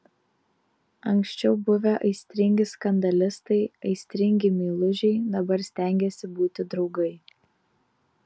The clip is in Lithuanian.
anksčiau buvę aistringi skandalistai aistringi meilužiai dabar stengėsi būti draugai